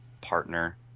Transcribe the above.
partner